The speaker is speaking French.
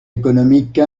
économique